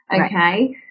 Okay